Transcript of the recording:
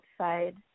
outside